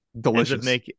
Delicious